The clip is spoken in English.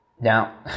Now